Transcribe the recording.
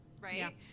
right